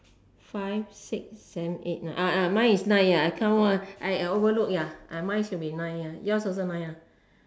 five six seven eight nine ya mine is nine I count one ya ya I overlooked mine should be nine yours also one